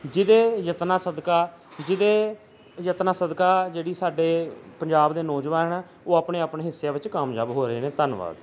ਜਿਹਦੇ ਯਤਨਾਂ ਸਦਕਾ ਜਿਹਦੇ ਯਤਨਾਂ ਸਦਕਾ ਜਿਹੜੀ ਸਾਡੇ ਪੰਜਾਬ ਦੇ ਨੌਜਵਾਨ ਆ ਉਹ ਆਪਣੇ ਆਪਣੇ ਹਿੱਸਿਆਂ ਵਿੱਚ ਕਾਮਯਾਬ ਹੋ ਰਹੇ ਨੇ ਧੰਨਵਾਦ